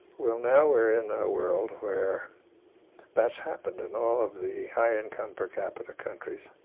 well, now we're in a world where that's happened in all of the high income per capita countries,